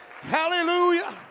Hallelujah